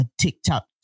TikTok